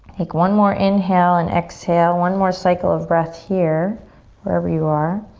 take one more inhale and exhale. one more cycle of breath here wherever you are.